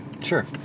Sure